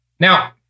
Now